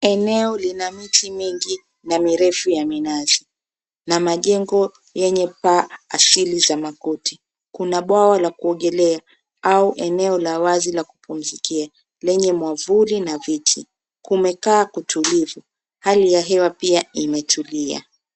Eneo lina miti mingi na mirefu ya minazi na majengo yenye paa asili za makuti, kuna bwawa la kuogelea au eneo la wazi la kupumzika lenye mwavuli na viti, kumekaa kutulivu hali ya hewa pia umetulia.